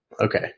Okay